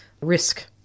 risk